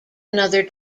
another